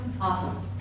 awesome